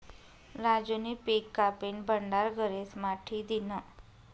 राजूनी पिक कापीन भंडार घरेस्मा ठी दिन्हं